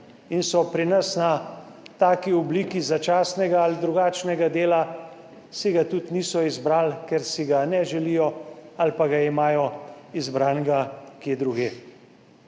in so pri nas na taki obliki začasnega ali drugačnega dela, si ga tudi niso izbrali, ker si ga ne želijo ali pa ga imajo izbranega kje drugje.